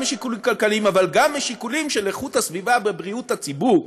גם משיקולים כלכליים אבל גם משיקולים של איכות הסביבה ובריאות הציבור,